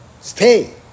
Stay